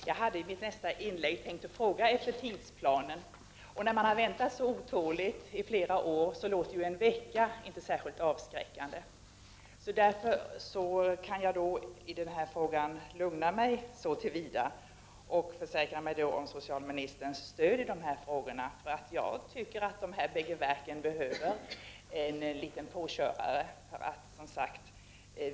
Herr talman! Jag hade i detta inlägg tänkt fråga efter tidsplanen. När man har väntat så otåligt i flera år låter en vecka inte särskilt avskräckande, och därför kan jag lugna mig och försäkra mig om socialministerns stöd i denna fråga. De här båda verken behöver en påkörare.